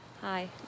Hi